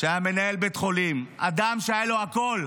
-- שהיה מנהל בית חולים, אדם שהיה לו הכול,